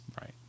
Right